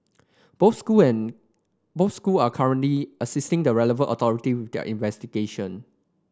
both school and both school are currently assisting the relevant authority with their investigation